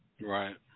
Right